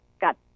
got